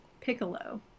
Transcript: piccolo